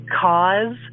cause